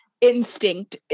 Instinct